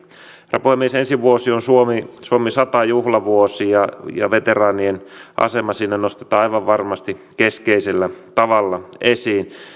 herra puhemies ensi vuosi on suomi suomi sata juhlavuosi ja ja veteraanien asema siinä nostetaan aivan varmasti keskeisellä tavalla esiin